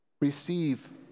Receive